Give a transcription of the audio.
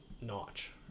notch